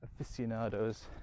Aficionados